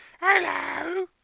Hello